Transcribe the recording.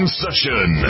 session